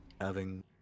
having-